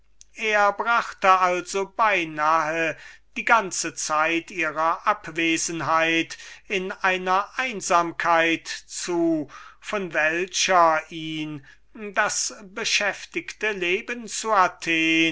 er brachte also bei nahe die ganze zeit ihrer abwesenheit in einer einsamkeit zu von welcher ihn das beschäftigte